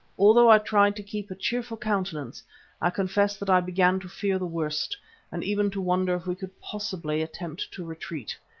although i tried to keep a cheerful countenance i confess that i began to fear the worst and even to wonder if we could possibly attempt to retreat.